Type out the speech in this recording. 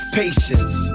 patience